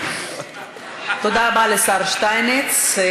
תודה רבה לשר שטייניץ.